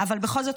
בכל זאת,